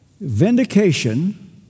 vindication